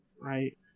right